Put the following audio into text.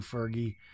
Fergie